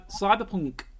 cyberpunk